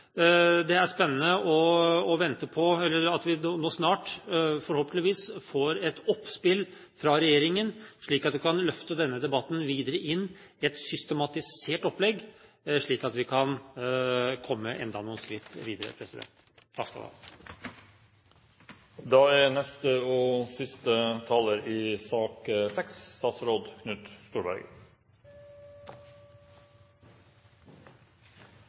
at vi nå snart, forhåpentligvis, får et oppspill fra regjeringen, slik at vi kan løfte denne debatten videre inn i et systematisert opplegg for å komme enda noen skritt videre. Jeg skal bare kort ta for meg noen av de utfordringene som har kommet i